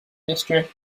district